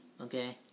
Okay